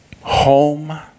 home